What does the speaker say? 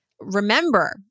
remember